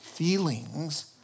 Feelings